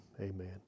amen